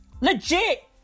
Legit